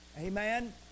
Amen